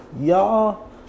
Y'all